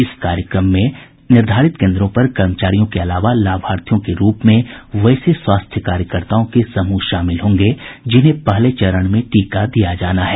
इस कार्यक्रम में निर्धारित केंद्रों पर कर्मचारियों के अलावा लाभार्थियों के रूप में वैसे स्वास्थ्य कार्यकर्ताओं के समूह शामिल होंगे जिन्हे पहले चरण में टीका दिया जाना है